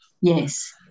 yes